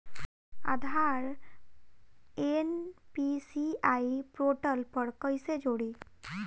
आधार NPCI portal पर कईसे जोड़ी?